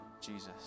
Jesus